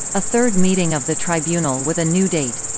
a third meeting of the tribunal with a new date.